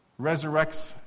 resurrects